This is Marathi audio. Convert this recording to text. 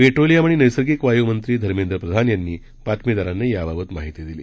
पर्ट्रीलियम आणि नैसर्गिक वायू मंत्री धर्मेंद्र प्रधान यांनी बातमीदारांना याबाबत माहिती दिली